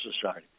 Society